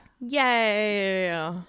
Yay